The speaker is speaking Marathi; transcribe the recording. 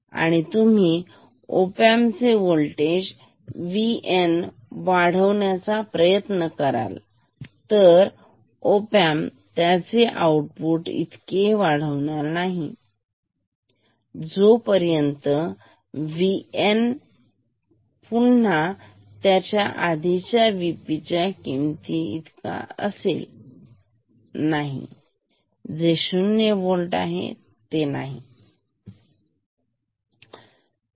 आणि तुम्ही ओपॅम्प चे व्होल्टेज VN वाढवण्याचा प्रयत्न करत आहात परंतु ओपॅम्प VN ला कमी करण्याचा प्रयत्न कराल तर ओपॅम्प त्याचे आउटपुट इतके वाढवत राहील जोपर्यंत VN पुन्हा त्याच्या आधीच्या VP च्या किमती पर्यंत येणार नाही जे 0 व्होल्ट आहेठीक